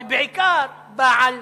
אבל בעיקר בעל